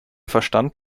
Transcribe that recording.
verstand